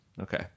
okay